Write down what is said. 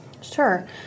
Sure